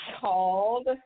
called